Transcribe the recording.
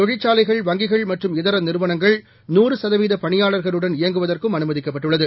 தொழிற்சாலைகள் வங்கிகள்மற்றும்இதரநிறுவனங்கள் நூறுசதவீதபணியாளர்களுடன்இயங்குவதற்கும்அனுமதிக்க ப்பட்டுள்ளது